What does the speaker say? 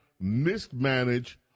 mismanaged